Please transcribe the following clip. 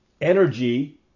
energy